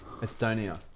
Estonia